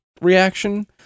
reaction